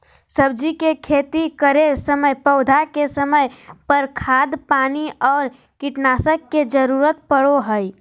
सब्जी के खेती करै समय पौधा के समय पर, खाद पानी और कीटनाशक के जरूरत परो हइ